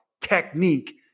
technique